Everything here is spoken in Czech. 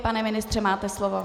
Pane ministře, máte slovo.